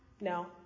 No